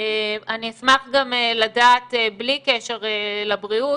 אני אשמח גם לדעת בלי קשר לבריאות